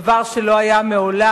דבר שלא היה מעולם.